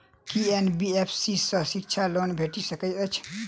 की NBFC सँ शिक्षा loan भेटि सकैत अछि?